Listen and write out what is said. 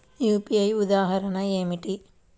UPI ఉదాహరణ ఏమిటి?